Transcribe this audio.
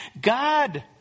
God